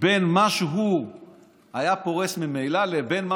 בין מה שהוא היה פורס ממילא לבין מה